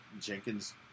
Jenkins